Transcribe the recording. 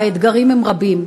והאתגרים הם רבים.